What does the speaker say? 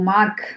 Mark